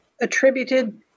attributed